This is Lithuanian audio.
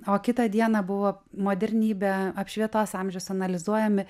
o kitą dieną buvo modernybė apšvietos amžiaus analizuojami